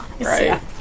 Right